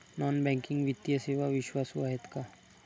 Non banking वित्तीय सेवा विश्वासू आहेत का?